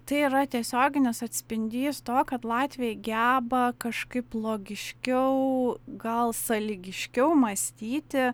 tai yra tiesioginis atspindys to kad latviai geba kažkaip logiškiau gal sąlygiškiau mąstyti